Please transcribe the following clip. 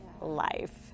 life